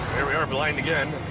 here we are, blind again.